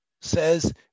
says